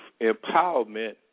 Empowerment